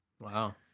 Wow